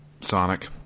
Sonic